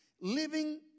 Living